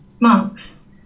Monks